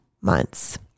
months